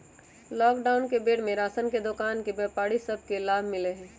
lockdown के बेर में राशन के दोकान के व्यापारि सभ के लाभ मिललइ ह